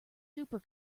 super